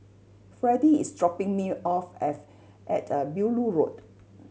freddy is dropping me off at a Beaulieu Road